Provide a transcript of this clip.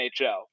NHL